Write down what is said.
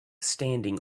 standing